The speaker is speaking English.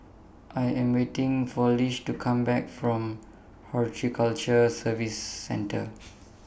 I Am waiting For Lish to Come Back from Horticulture Services Centre